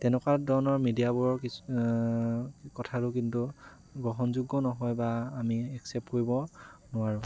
তেনেকুৱা ধৰণৰ মিডিয়াবোৰৰ কিছু কথাও কিন্তু গ্ৰহণযোগ্য নহয় বা আমি একচেপ্ট কৰিব নোৱাৰোঁ